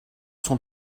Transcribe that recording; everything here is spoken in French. sont